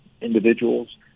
individuals